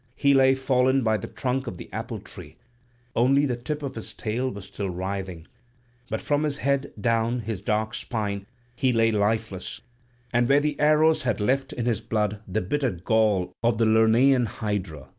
he lay fallen by the trunk of the apple-tree only the tip of his tail was still writhing but from his head down his dark spine he lay lifeless and where the arrows had left in his blood the bitter gall of the lernaean hydra,